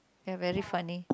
you are very funny